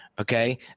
Okay